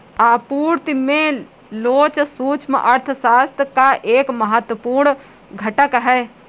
आपूर्ति में लोच सूक्ष्म अर्थशास्त्र का एक महत्वपूर्ण घटक है